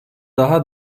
daha